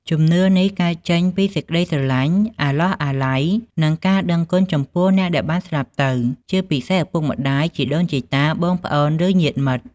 ជំនឿនេះកើតចេញពីសេចក្តីស្រឡាញ់ អាឡោះអាល័យ និងការដឹងគុណចំពោះអ្នកដែលបានស្លាប់ទៅ ជាពិសេសឪពុកម្តាយ ជីដូនជីតា បងប្អូន ឬញាតិមិត្ត។